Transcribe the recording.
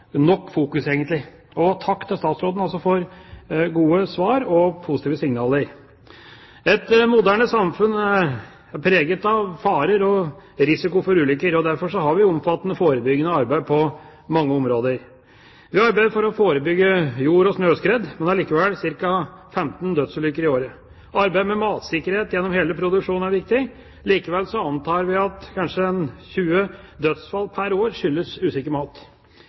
nok på. Og takk til statsråden for gode svar og positive signaler. Et moderne samfunn er preget av farer og risiko for ulykker. Derfor har vi omfattende forebyggende arbeid på mange områder. Vi arbeider for å forebygge jord- og snøskred, men det er likevel ca. 15 dødsulykker i året. Arbeidet med matsikkerhet gjennom hele produksjonen er viktig. Likevel antar vi at kanskje 20 dødsfall pr. år skyldes usikker mat.